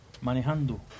manejando